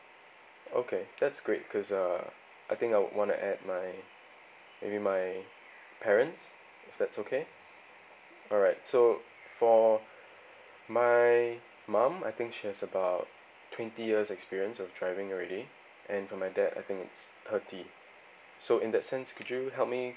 okay that's great cause uh I think I would wanna add my maybe my parents if that's okay alright so for my mum I think she has about twenty years experience of driving already and for my dad I think it's thirty so in that sense could you help me